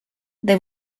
they